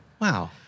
Wow